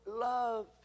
love